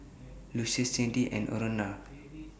Lucius Cyndi and Aurora